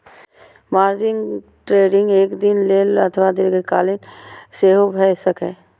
margin trading एक दिन लेल अथवा दीर्घकालीन सेहो भए सकैए